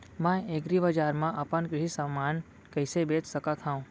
मैं एग्रीबजार मा अपन कृषि समान कइसे बेच सकत हव?